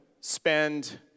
spend